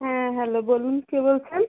হ্যাঁ হ্যালো বলুন কে বলছেন